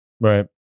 Right